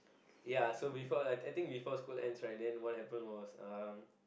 ya so before ya I think before school ends right what happen was um